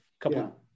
couple